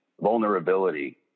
vulnerability